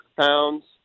pounds